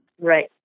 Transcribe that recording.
Right